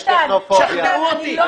תשכנעו אותי.